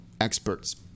experts